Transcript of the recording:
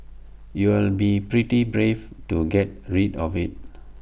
you'll be pretty brave to get rid of IT